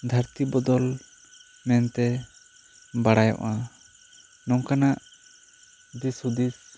ᱫᱷᱟᱹᱨᱛᱤ ᱵᱚᱫᱚᱞ ᱢᱮᱱᱛᱮ ᱵᱟᱲᱟᱭᱚᱜᱼᱟ ᱱᱚᱝᱠᱟᱱᱟᱜ ᱫᱤᱥ ᱦᱩᱫᱤᱥ